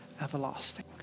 everlasting